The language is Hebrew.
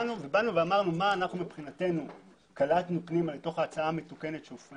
אמרנו מה אנחנו קולטים פנימה לתוך ההצעה והצגנו